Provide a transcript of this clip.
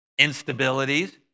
instabilities